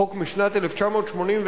חוק משנת 1981,